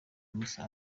mussa